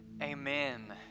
Amen